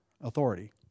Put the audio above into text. authority